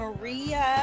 maria